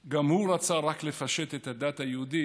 'גם הוא רצה רק לפשט את הדת היהודית